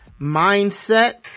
mindset